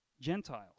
gentiles